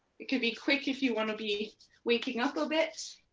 it could be quick if you wanna be waking up a bit.